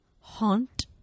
haunt